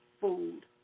food